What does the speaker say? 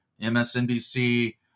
msnbc